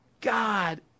God